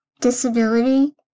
disability